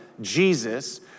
Jesus